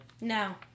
No